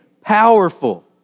powerful